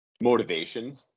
motivation